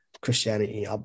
christianity